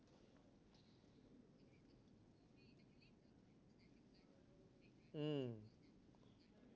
mm